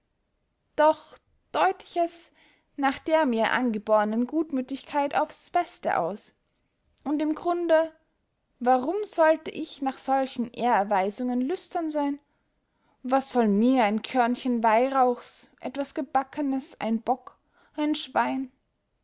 doch deut ich es nach der mir angebohrnen gutmüthigkeit aufs beste aus und im grunde warum sollt ich nach solchen ehrerweisungen lüstern seyn was soll mir ein körnchen weihrauchs etwas gebackenes ein bock ein schwein